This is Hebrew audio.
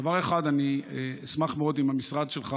בדבר אחד אני אשמח מאוד אם המשרד שלך,